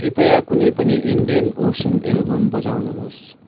कृपया कुनै पनि इन्डियन ओसन एल्बम बजाउनुहोस्